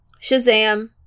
Shazam